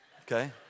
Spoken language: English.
okay